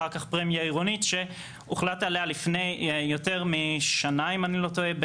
אחר כך פרמיה עירונית שהוחלט עליה לפני יותר משנה אם אני לא טועה,